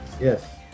yes